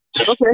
Okay